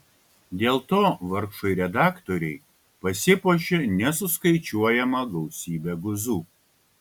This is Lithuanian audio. dėl to vargšai redaktoriai pasipuošė nesuskaičiuojama gausybe guzų